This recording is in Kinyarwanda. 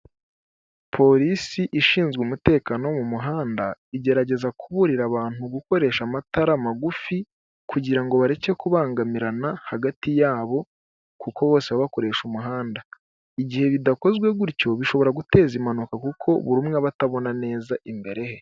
Polisi ishinzwe umutekano wo mu muhanda igerageza kuburira abantu gukoresha amatara magufi kugira ngo bareke kubangamirana hagati yabo, kuko bose baba bakoresha umuhanda igihe bidakozwe gutyo, bishobora guteza impanuka kuko buri umwe aba atabona neza imbere he.